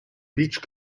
beach